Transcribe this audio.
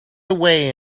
away